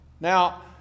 Now